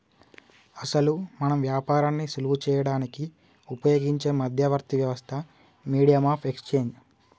అసలు మనం వ్యాపారాన్ని సులువు చేయడానికి ఉపయోగించే మధ్యవర్తి వ్యవస్థ మీడియం ఆఫ్ ఎక్స్చేంజ్